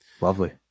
Lovely